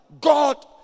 God